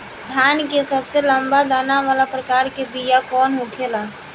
धान के सबसे लंबा दाना वाला प्रकार के बीया कौन होखेला?